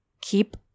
keep